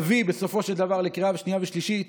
בסופו של דבר נביא לקריאה שנייה ושלישית